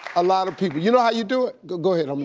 a lot of people. you know how you do it? go go ahead, i'm